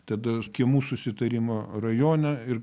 tada kiemų susitarimo rajone ir